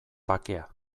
bakea